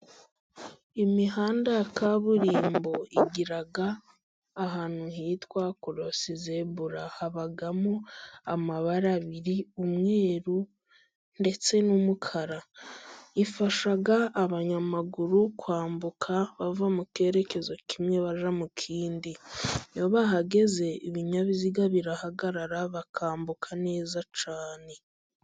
Imihanda ya kaburimbo igira ahantu hitwa colosizembura, habamo amabara abiri umweru ndetse n'umukara, ifasha abanyamaguru kwambuka bava mu cyerekezo kimwe, bajya mu kindi. Iyo bahageze ibinyabiziga birahagarara bakambuka neza cyane.